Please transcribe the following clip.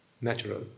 natural